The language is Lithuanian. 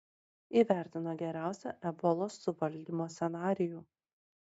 įvertino geriausią ebolos suvaldymo scenarijų